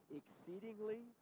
exceedingly